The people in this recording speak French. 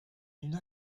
une